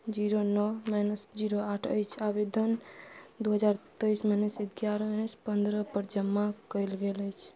zero नओ minus zero आठ अछि आवेदन दुइ हजार तेइस माइनस एगारह पनरहपर जमा कएल गेल अछि